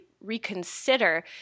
reconsider